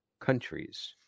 countries